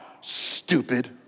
stupid